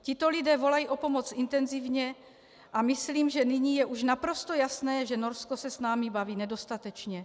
Tito lidé volají o pomoc intenzivně a myslím, že nyní je už naprosto jasné, že Norsko se s námi baví nedostatečně.